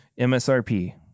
MSRP